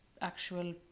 actual